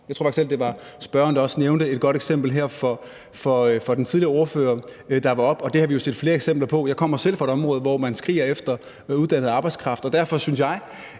Jeg tror f.eks., det var spørgeren, der nævnte et godt eksempel for den tidligere ordfører, der var heroppe, og det har vi jo set flere eksempler på. Jeg kommer selv fra et område, hvor man skriger på uddannet arbejdskraft, og derfor synes jeg